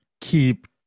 keep